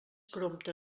prompte